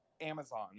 amazon